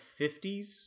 50s